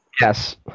Yes